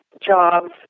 jobs